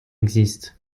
existent